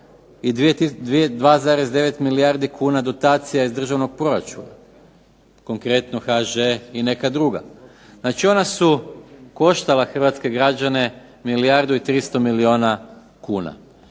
i 2,9 milijardi kuna dotacija iz državnog proračuna, konkretno HŽ i neka druga. Znači, ona su koštala hrvatske građane milijardu i 300 milijuna kuna.